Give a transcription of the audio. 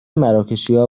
مراکشیا